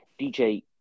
DJ